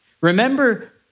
Remember